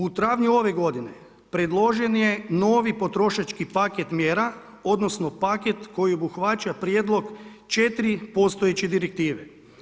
U travnju ove godine, predložen je novi potrošački paket mjera odnosno paket koji obuhvaća prijedlog 4 postojeće direktive.